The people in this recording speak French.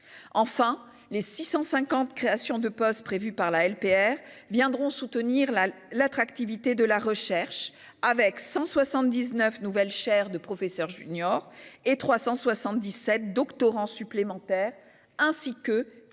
Enfin, les 650 créations de postes prévues par la LPR viendront soutenir l'attractivité de la recherche, avec 179 nouvelles chaires de professeur junior, 377 contrats doctoraux supplémentaires et 94